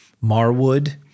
Marwood